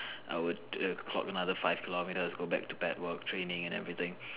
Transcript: I would d~ err clock another five kilometres go back to back work training and everything